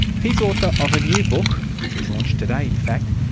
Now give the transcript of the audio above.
he's author of a new book, which was launched today in fact,